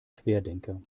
querdenker